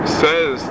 says